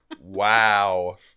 Wow